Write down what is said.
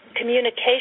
communication